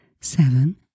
Seven